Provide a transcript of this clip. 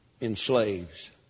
enslaves